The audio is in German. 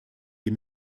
die